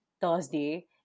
Thursday